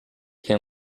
can